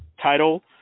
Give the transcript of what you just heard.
title